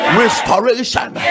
restoration